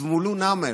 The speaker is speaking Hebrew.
זבולון המר,